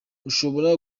ushobora